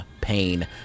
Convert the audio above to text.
Pain